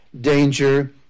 danger